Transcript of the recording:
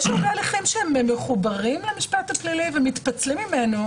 יש הרבה הליכים שמחוברים למשפט הפלילי ומתפצלים ממנו.